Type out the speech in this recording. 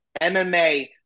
MMA